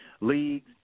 leagues